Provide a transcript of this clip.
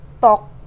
talk